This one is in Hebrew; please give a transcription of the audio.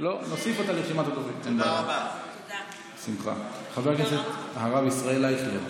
אינה נוכחת, חברת הכנסת ע'דיר כמאל מריח,